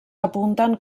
apunten